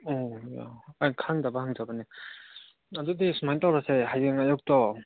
ꯑꯣ ꯑꯩ ꯈꯪꯗꯕ ꯍꯪꯖꯕꯅꯤ ꯑꯗꯨꯗꯤ ꯁꯨꯃꯥꯏ ꯇꯧꯔꯁꯦ ꯍꯌꯦꯡ ꯑꯌꯨꯛꯇꯣ